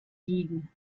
ging